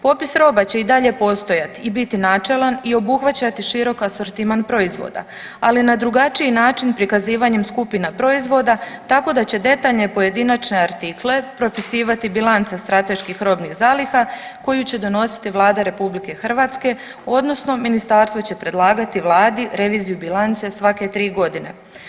Popis roba će i dalje postojati i biti načelan i obuhvaćati širok asortiman proizvoda, ali na drugačiji način prikazivanjem skupina proizvoda, tako da će detaljne pojedinačne artikle propisivati bilanca strateških robnih zaliha, koju će donositi Vlada RH odnosno Ministarstvo će predlagati Vladi reviziju bilance svake 3 godine.